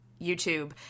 YouTube